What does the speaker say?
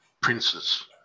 princes